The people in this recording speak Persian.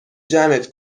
جمعت